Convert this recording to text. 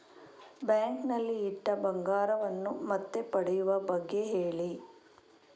bank ನಲ್ಲಿ ಇಟ್ಟ ಬಂಗಾರವನ್ನು ಮತ್ತೆ ಪಡೆಯುವ ಬಗ್ಗೆ ಹೇಳಿ